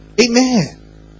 amen